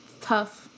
Tough